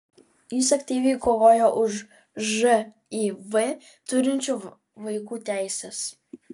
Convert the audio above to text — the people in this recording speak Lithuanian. jis aktyviai kovojo už živ turinčių vaikų teises